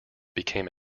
became